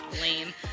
lame